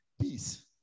peace